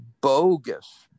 bogus